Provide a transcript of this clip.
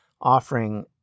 offering